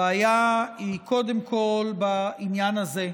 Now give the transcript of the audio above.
הבעיה היא קודם כול בעניין הזה,